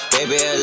Baby